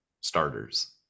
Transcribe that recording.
starters